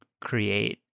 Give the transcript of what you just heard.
create